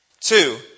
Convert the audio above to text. Two